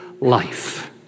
life